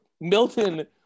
Milton